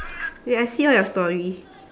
wait I see all your story